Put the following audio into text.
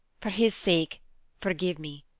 for his sake forgive me,